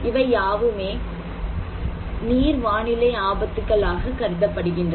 இவை யாவுமே என் நீர் வானிலை ஆபத்துக்கள் ஆக கருதப்படுகின்றன